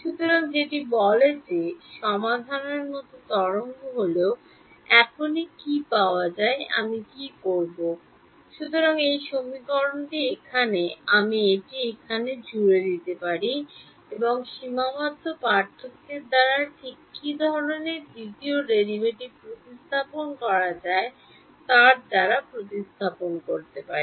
সুতরাং যেটি বলে যে সমাধানের মতো তরঙ্গ হল এখনই কী পাওয়া যায় আমি কী করব সুতরাং এই সমীকরণটি এখানে আমি এটি এখানে জুড়ে দিতে পারি এবং সীমাবদ্ধ পার্থক্যের দ্বারা ঠিক কী ধরণের দ্বিতীয় ডেরাইভেটিভ প্রতিস্থাপন করা যায় তা দ্বারা প্রতিস্থাপন করতে পারি